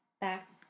back